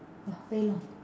!wah! very long